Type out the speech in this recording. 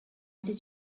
did